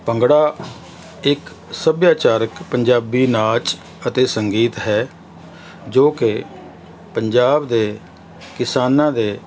ਭੰਗੜਾ ਇੱਕ ਸਭਿਆਚਾਰਕ ਪੰਜਾਬੀ ਨਾਚ ਅਤੇ ਸੰਗੀਤ ਹੈ ਜੋ ਕਿ ਪੰਜਾਬ ਦੇ ਕਿਸਾਨਾਂ ਦੇ